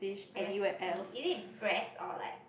recipe is it breast or like